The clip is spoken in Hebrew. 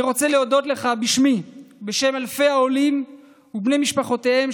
אני רוצה להודות לך בשמי ובשם אלפי העולים ובני משפחותיהם,